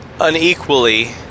unequally